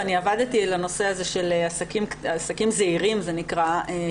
ואני עבדתי על הנושא הזה של עסקים זעירים של נשים,